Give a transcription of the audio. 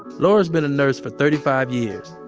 laura's been a nurse for thirty five years.